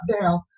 down